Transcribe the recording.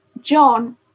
John